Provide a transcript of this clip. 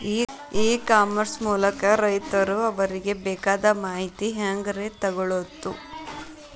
E commerce ಮೂಲಕ ರೈತರು ಅವರಿಗೆ ಬೇಕಾದ ಮಾಹಿತಿ ಹ್ಯಾಂಗ ರೇ ತಿಳ್ಕೊಳೋದು?